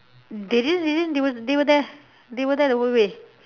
they didn't they didn't they were they were there they were there the whole way